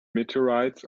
meteorites